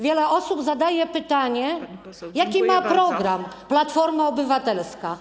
Wiele osób zadaje pytanie, jaki ma program Platforma Obywatelska.